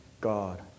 God